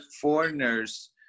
foreigners